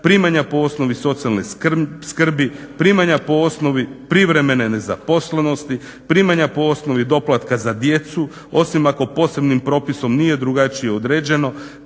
primanja po osnovi socijalne skrbi, primanja po osnovi privremene nezaposlenosti, primanja po osnovi doplatka za djecu osim ako posebnim propisom nije drugačije određeno,